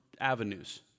avenues